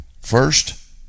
first